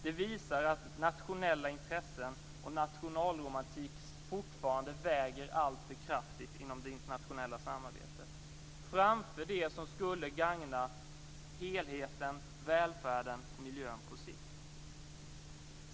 Det visar att nationella intressen och nationalromantik fortfarande väger alltför tungt inom det internationella samarbetet, tyngre än det som skulle gagna helheten, välfärden och miljön på sikt.